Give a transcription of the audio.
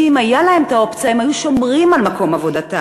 כי אם הייתה להם אופציה הם היו שומרים על מקום עבודתם.